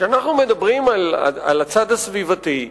כשאנחנו מדברים על הצד הסביבתי,